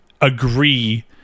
agree